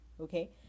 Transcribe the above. okay